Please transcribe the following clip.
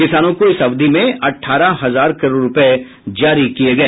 किसानों को इस अवधि में अठाहर हजार करोड़ रूपए जारी किए गए